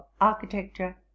architecture